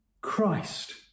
Christ